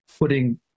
putting